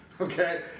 Okay